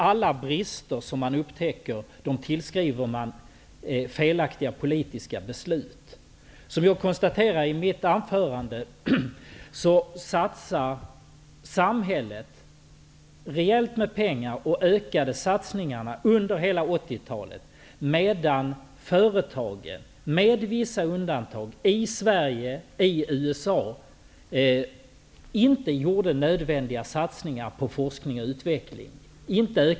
Alla brister som de upptäcker tillskriver de felaktiga politiska beslut. Jag konstaterade i mitt anförande att samhället satsade rejält med pengar och ökade satsningarna under hela 1980-talet, medan företagen i Sverige och USA, med vissa undantag, inte gjorde nödvändiga satsningar på forskning och utveckling.